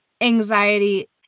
anxiety